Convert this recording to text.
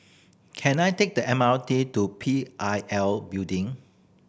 can I take the M R T to P I L Building